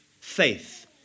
faith